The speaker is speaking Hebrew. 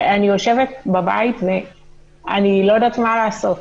אני יושבת בבית ואני לא יודעת מה לעשות.